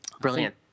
Brilliant